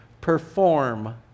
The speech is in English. perform